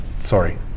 sorry